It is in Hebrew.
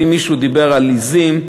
ואם מישהו דיבר על עזים,